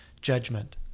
judgment